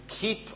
keep